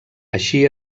així